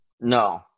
No